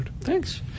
thanks